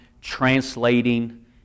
translating